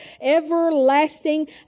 Everlasting